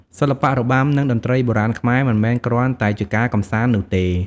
សិល្បៈរបាំ និងតន្ត្រីបុរាណខ្មែរ មិនមែនគ្រាន់តែជាការកម្សាន្តនោះទេ។